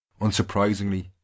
Unsurprisingly